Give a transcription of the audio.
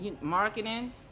marketing